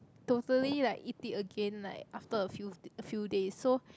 totally like eat it again like after a few a few days so